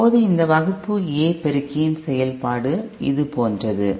இப்போது இந்த வகுப்பு A பெருக்கியின் செயல்பாடு இது போன்றது